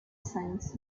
science